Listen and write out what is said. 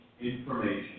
information